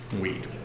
weed